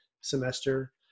semester